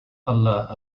allah